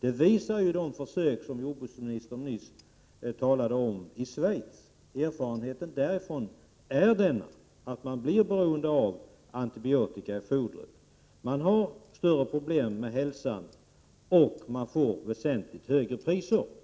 Erfarenhe ten från de försök i Schweiz som jordbruksministern nyss talade om är nämligen att man blir beroende av antibiotika i fodret, man får problem med hälsan, och man får väsentligt högre priser.